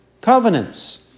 covenants